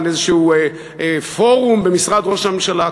על איזשהו פורום במשרד ראש הממשלה.